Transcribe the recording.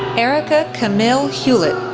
erica camille hulette,